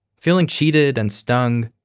feeling cheated and stung,